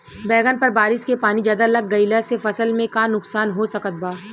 बैंगन पर बारिश के पानी ज्यादा लग गईला से फसल में का नुकसान हो सकत बा?